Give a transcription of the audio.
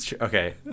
Okay